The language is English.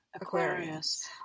Aquarius